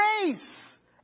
grace